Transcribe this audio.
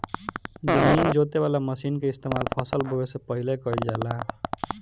जमीन जोते वाला मशीन के इस्तेमाल फसल बोवे से पहिले कइल जाला